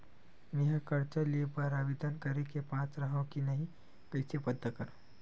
मेंहा कर्जा ले बर आवेदन करे के पात्र हव की नहीं कइसे पता करव?